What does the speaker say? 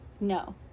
No